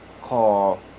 call